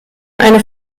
eine